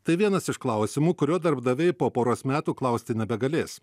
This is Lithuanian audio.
tai vienas iš klausimų kurio darbdaviai po poros metų klausti nebegalės